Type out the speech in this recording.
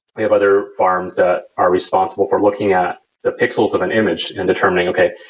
we have other farms that are responsible for looking at the pixels of an image and determining, okay.